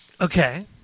Okay